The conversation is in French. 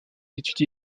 étudie